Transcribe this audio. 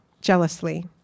jealously